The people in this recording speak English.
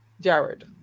Jared